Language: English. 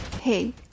Hey